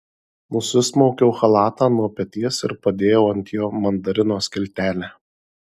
nusismaukiau chalatą nuo peties ir padėjau ant jo mandarino skiltelę